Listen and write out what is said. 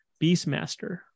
Beastmaster